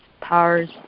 powers